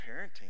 parenting